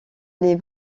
les